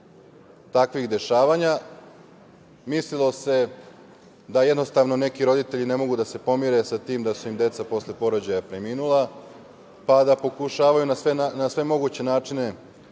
takvih dešavanja. Mislilo se da jednostavno neki roditelji ne mogu da se pomire sa tim da su im deca posle porođaja preminula, pa da pokušavaju na sve moguće načine